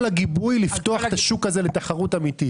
הגיבוי לפתוח את השוק הזה לתחרות האמיתית.